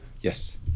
Yes